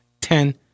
ten